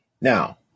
now